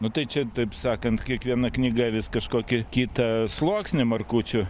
nu tai čia taip sakant kiekviena knyga vis kažkokį kitą sluoksnį markučių